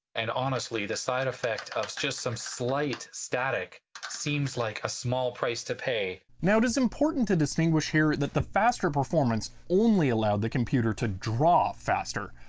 and honestly the side effect of just some slight static seems like a small price to pay. now it is important to distinguish here that the faster performance only allowed the computer to draw faster.